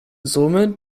somit